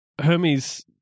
Hermes